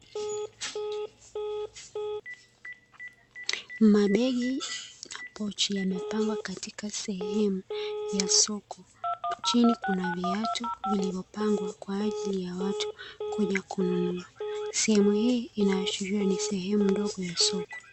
Mabegi na pochi yamepangwa katika sehemu ya soko, chini kuna viatu vilivyopangwa kwa ajili ya watu kuja kununua. sehemu hii inaashiria kuwa ni sehemu ndogo ya soko.